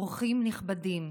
אורחים נכבדים,